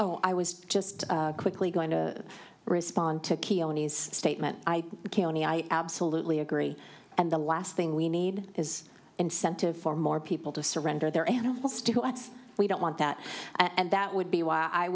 oh i was just quickly going to respond to keown he's statement i absolutely agree and the last thing we need is incentive for more people to surrender their animals to us we don't want that and that would be why i